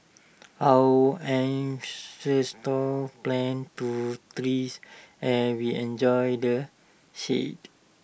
our ancestors planted to trees and we enjoy the shade